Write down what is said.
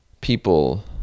people